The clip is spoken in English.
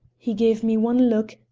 he gave me one look,